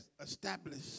established